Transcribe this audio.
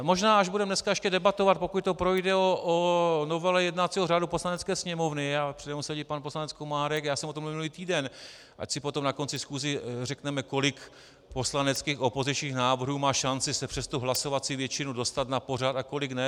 Možná, až budeme dneska ještě debatovat, pokud to projde, o novele jednacího řádu Poslanecké sněmovny, přede mnou sedí pan poslanec Komárek, já jsem o tom mluvil minulý týden, ať si potom na konci schůze řekneme, kolik poslaneckých opozičních návrhů má šanci se přes tu hlasovací většinu dostat na pořad a kolik ne.